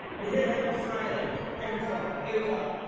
we're here every friday every friday eight o'clock